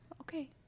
Okay